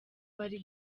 bari